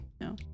No